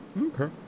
okay